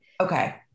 Okay